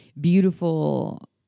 beautiful